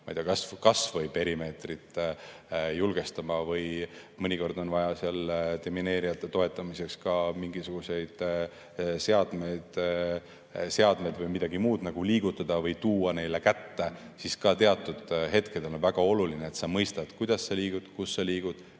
kas või perimeetrit julgestama. Mõnikord on vaja demineerijate toetamiseks ka mingisuguseid seadmeid või midagi muud liigutada või tuua neile kätte. Sel hetkel on väga oluline, et sa mõistad, kuidas sa liigud, kus liigud,